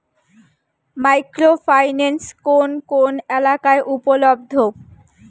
Micro finance কোন কোন এলাকায় উপলব্ধ?